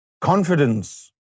confidence